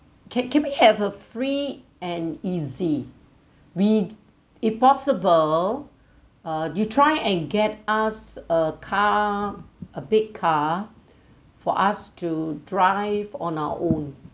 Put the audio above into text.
can can we have a free and easy we if possible uh you try and get us a car a big car for us to drive on our own